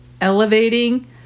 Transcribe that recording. elevating